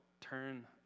turn